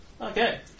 okay